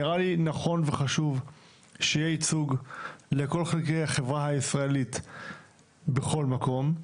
נראה לי נכון וחשוב שיהיה ייצוג לכל חלקי החברה הישראלית בכל מקום,